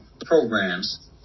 programs